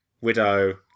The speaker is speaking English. Widow